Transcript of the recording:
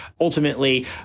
Ultimately